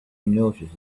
noticed